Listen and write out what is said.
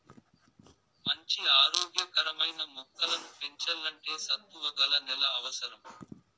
మంచి ఆరోగ్య కరమైన మొక్కలను పెంచల్లంటే సత్తువ గల నేల అవసరం